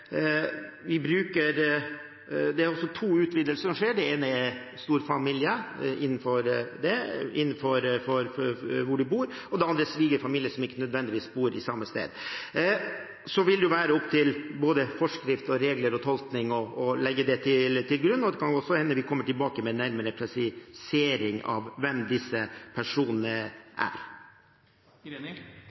det er to utvidelser som skjer. Den ene gjelder storfamilie innenfor der man bor, den andre gjelder svigerfamilie som ikke nødvendigvis bor på samme sted. Tolkning av forskrifter og regler legges til grunn, og det kan også hende vi kommer tilbake med en nærmere presisering av hvem disse personene